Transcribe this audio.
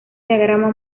diagrama